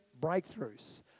breakthroughs